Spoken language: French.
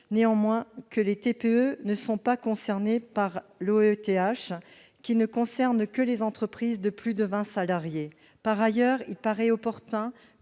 néanmoins que les TPE ne sont pas concernées par l'OETH, qui ne s'applique qu'aux entreprises de plus de 20 salariés. Par ailleurs, il paraît opportun